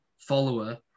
follower